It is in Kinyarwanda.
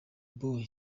boy